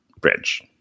Bridge